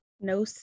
No